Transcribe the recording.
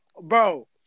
Bro